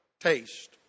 taste